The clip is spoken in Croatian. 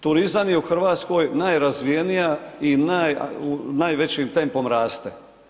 Turizam je u Hrvatskoj najrazvijenija i najvećim tempom raste.